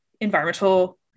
environmental